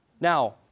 now